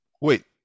Wait